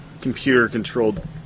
computer-controlled